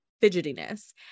fidgetiness